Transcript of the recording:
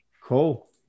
Cool